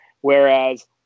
whereas